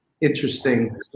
Interesting